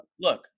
Look